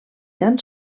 tan